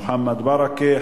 מוחמד ברכה,